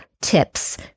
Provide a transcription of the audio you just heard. tips